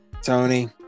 Tony